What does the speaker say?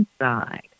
inside